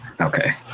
Okay